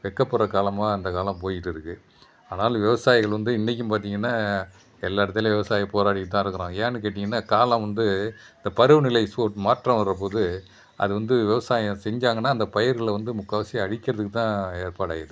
வெக்கப்படுற காலமாக இந்தக்காலம் போய்ட்டு இருக்குது அதனால் விவசாயிகள் வந்து இன்றைக்கும் பார்த்தீங்கன்னா எல்லா இடத்திலயும் விவசாயி போராடிக்கிட்டுதான் இருக்கிறான் ஏன்னு கேட்டிங்கன்னா காலம் வந்து இந்த பருவநிலை சு மாற்றம் வரும்போது அது வந்து விவசாயம் செஞ்சாங்கன்னா அந்த பயிர்களை வந்து முக்கால்வாசி அழிக்கிறதுக்குதான் ஏற்பாடாயிட்ருக்குது